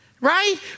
right